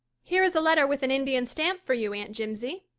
here is a letter with an indian stamp for you, aunt jimsie,